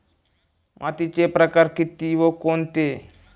मातीचे प्रकार किती व कोणते?